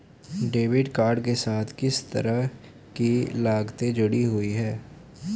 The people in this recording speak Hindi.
डेबिट कार्ड के साथ किस तरह की लागतें जुड़ी हुई हैं?